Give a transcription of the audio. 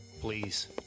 Please